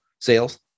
sales